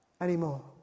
anymore